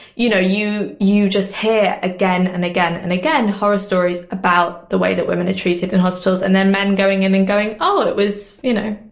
you know, you, you just hear again and again and again horror stories about the way that women are treated in hospitals and then men going in and going, oh, it was, you know,